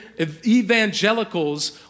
evangelicals